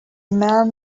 man